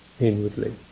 inwardly